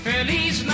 Feliz